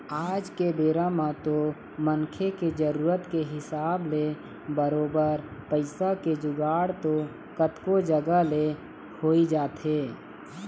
आज के बेरा म तो मनखे के जरुरत के हिसाब ले बरोबर पइसा के जुगाड़ तो कतको जघा ले होइ जाथे